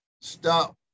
stop